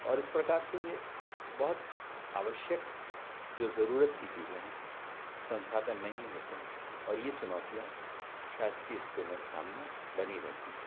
और इस प्रकार से ये बहुत आवश्यक जो ज़रूरत की चीज़ें हैं संसाधन नहीं होते हैं और ये चुनौतियाँ शासकीय स्कूलों के सामने बनी रहती हैं